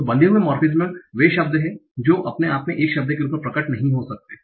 तो बंधे हुए मोर्फेमस वे शब्द हैं जो अपने आप में एक शब्द के रूप में प्रकट नहीं हो सकते हैं